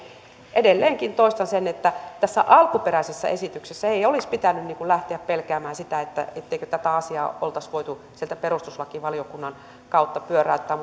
edelleenkin toistan sen että tässä alkuperäisessä esityksessä ei olisi pitänyt lähteä pelkäämään sitä etteikö tätä asiaa oltaisi voitu sieltä perustuslakivaliokunnan kautta pyöräyttää